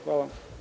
Hvala.